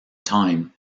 time